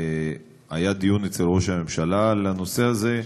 היה דיון אצל ראש הממשלה בנושא הזה.